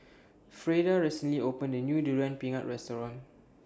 Freida recently opened A New Durian Pengat Restaurant